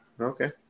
Okay